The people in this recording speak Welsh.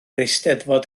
eisteddfod